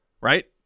Right